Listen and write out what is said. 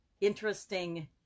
interesting